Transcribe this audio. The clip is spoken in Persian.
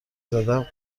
زدم